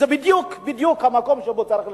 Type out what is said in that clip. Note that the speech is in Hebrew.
זה בדיוק המקום שעליו צריך לדבר.